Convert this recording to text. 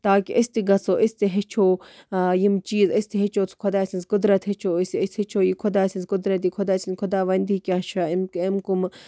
تاکہِ أسۍ تہِ گژھو أسۍ تہِ ہٮ۪چھَو یِم چیٖز أسۍ تہِ ہٮ۪چھَو خۄداے سٕنٛز قُدرَت ہٮ۪چھَو أسۍ أسۍ ہٮ۪چھَو یہِ خداے سٕنٛز قُدرَت یہِ خداے سٕنٛز خۄدا ؤندۍ کیاہ چھےٚ أمۍ کمہٕ